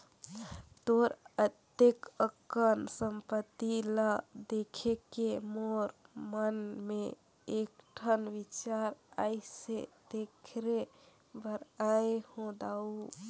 तोर अतेक अकन संपत्ति ल देखके मोर मन मे एकठन बिचार आइसे तेखरे बर आये हो दाऊ